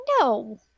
no